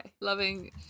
loving